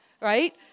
right